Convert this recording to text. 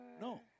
No